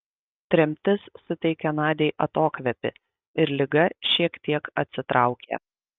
tremtis suteikė nadiai atokvėpį ir liga šiek tiek atsitraukė